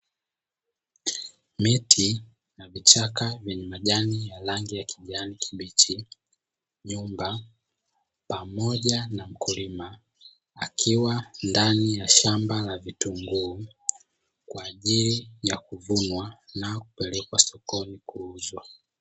Miti na vichaka vyenye majani ya rangi ya kijani kibichi, nyumba pamoja na mkulima akiwa ndani ya shamba la vitunguu, kwa ajili ya kuvunwa na kupelekwa sokoni kuuzwa.